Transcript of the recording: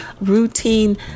routine